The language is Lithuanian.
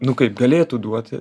nu kaip galėtų duoti